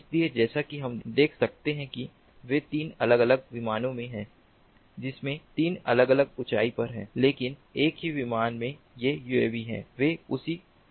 इसलिए जैसा कि हम देख सकते हैं कि वे 3 अलग अलग विमानों में हैं जिनमें 3 अलग अलग ऊँचाई पर हैं लेकिन एक ही विमान में ये यूएवी हैं वे उसी विमान में हैं